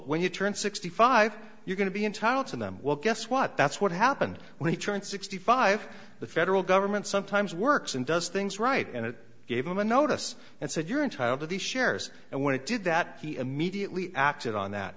when you turn sixty five you're going to be entitled to them well guess what that's what happened when he turned sixty five the federal government sometimes works and does things right and it gave them a notice and said you're entitled to these shares and when it did that he immediately acted on that